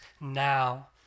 now